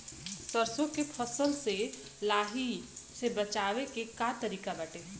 सरसो के फसल से लाही से बचाव के का तरीका बाटे?